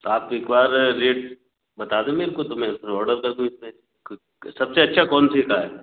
आप require rate बता दो मेरे को तो मैं फिर ऑर्डर कर दूँ इसमें सब से अच्छा कौन से का है